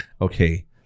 okay